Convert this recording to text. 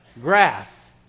grass